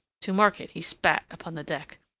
to mark it he spat upon the deck.